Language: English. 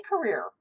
career